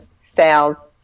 Sales